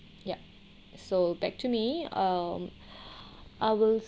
yup so back to me um I will